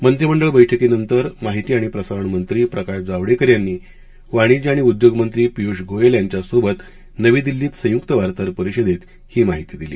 मंत्रिमंडळ बर्स्कीनंतर माहिती आणि प्रसारण मंत्री प्रकाश जावडेकर यांनी वाणिज्य आणि उद्योग मंत्री पियूष गोयल यांच्यासोबत नवी दिल्लीत संयुक्त वार्ताहर परिषदेत ही माहिती दिली